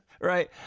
right